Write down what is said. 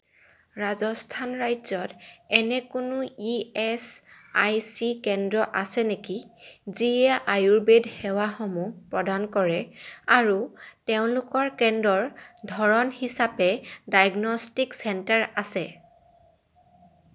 ৰাজস্থান ৰাজ্যত এনে কোনো ই এচ আই চি কেন্দ্ৰ আছে নেকি যিয়ে আয়ুৰ্বেদ সেৱাসমূহ প্ৰদান কৰে আৰু তেওঁলোকৰ কেন্দ্ৰৰ ধৰণ হিচাপে ডায়েগনষ্টিক চেণ্টাৰ আছে